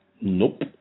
Nope